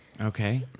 Okay